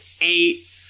eight